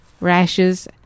rashes